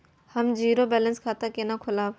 हम zero balance खाता केना खोलाब?